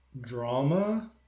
drama